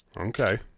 Okay